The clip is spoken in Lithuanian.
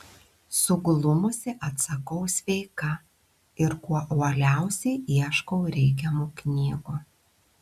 suglumusi atsakau sveika ir kuo uoliausiai ieškau reikiamų knygų